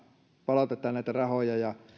palautetaan näitä rahoja ja